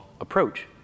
approach